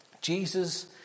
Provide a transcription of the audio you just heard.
Jesus